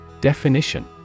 Definition